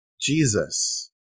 Jesus